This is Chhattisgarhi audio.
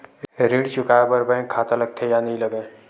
ऋण चुकाए बार बैंक खाता लगथे या नहीं लगाए?